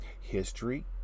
history